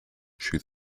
she